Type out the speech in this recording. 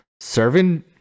serving